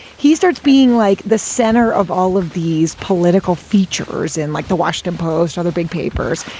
he starts being like the center of all of these political features in like the washington post or other big papers,